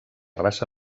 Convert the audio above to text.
raça